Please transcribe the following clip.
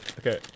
Okay